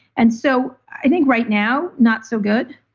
and so i think right now, not so good.